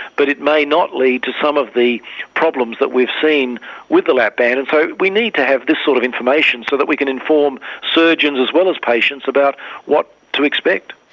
but it may not lead to some of the problems that we've seen with the lap band. and so we need to have this sort of information so that we can inform surgeons as well as patients about what to expect.